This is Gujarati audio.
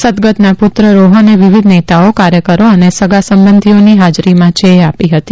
સદ્દગતના પુત્ર રોહને વિવિધ નેતાઓ કાર્યકરો અને સગાસંબંધીઓની હાજરીમાં ચેહ આપી હતી